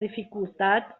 dificultat